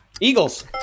Eagles